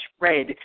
red